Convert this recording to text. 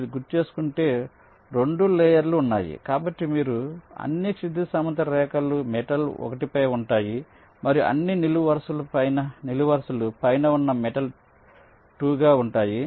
మీరు గుర్తుచేసుకుంటే 2 లేయర్ లు ఉన్నాయి కాబట్టి మీరు అన్ని క్షితిజ సమాంతర రేఖలు మెటల్ 1 పై ఉంటాయి మరియు అన్ని నిలువు వరుసలు పైన ఉన్న మెటల్ 2 గా ఉంటాయి